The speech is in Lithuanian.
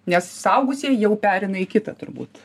nes suaugusieji jau pereina į kitą turbūt